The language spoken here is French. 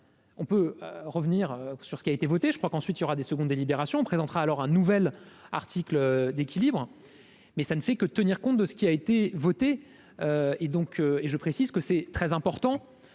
On peut revenir sur ce qui a été votée, je crois qu'ensuite il y aura des seconde délibération présentera alors un nouvelle. Article d'équilibre, mais ça ne fait que tenir compte de ce qui a été votée et donc, et je précise que c'est très important